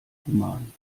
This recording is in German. human